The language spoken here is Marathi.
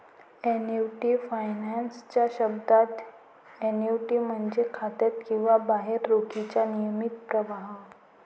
एन्युटी फायनान्स च्या शब्दात, एन्युटी म्हणजे खात्यात किंवा बाहेर रोखीचा नियमित प्रवाह